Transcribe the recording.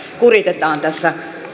kuritetaan tässä